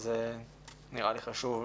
אז נראה לי חשוב.